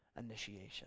initiation